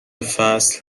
فصل